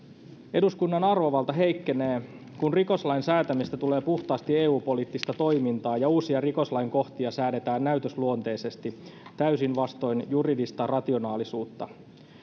eduskunnan arvovalta heikkenee kun rikoslain säätämisestä tulee puhtaasti eu poliittista toimintaa ja uusia rikoslain kohtia säädetään näytösluonteisesti täysin vastoin juridista rationaalisuutta